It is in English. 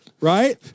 Right